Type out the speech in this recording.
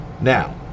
Now